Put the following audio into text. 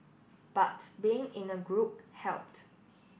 but being in a group helped